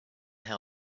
how